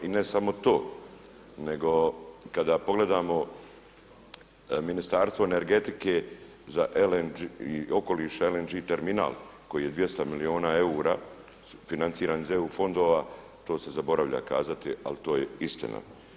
I ne samo to nego kada pogledamo Ministarstvo energetike i okoliša LNG terminal koji je sa 200 milijuna eura financiran iz EU fondova, to se zaboravlja kazati ali to je istina.